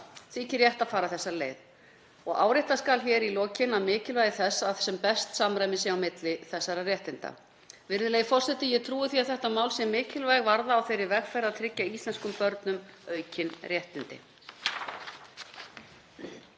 þykir rétt að fara þessa leið. Áréttað skal hér í lokin mikilvægi þess að sem best samræmi sé á milli þessara réttinda. Virðulegi forseti. Ég trúi því að þetta mál sé mikilvæg varða á þeirri vegferð að tryggja íslenskum börnum aukin réttindi.